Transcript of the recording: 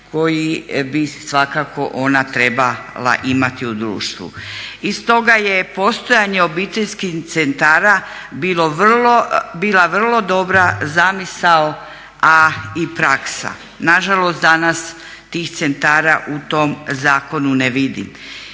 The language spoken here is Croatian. koje svakako ona trebala imati u društvu. I stoga je postojanje obiteljskih centara bilo vrlo, bila vrlo dobra zamisao a i praksa. Nažalost danas tih centara u tom zakonu ne vidim.